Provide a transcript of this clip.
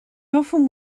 often